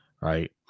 right